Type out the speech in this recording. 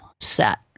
set